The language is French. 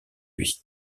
lui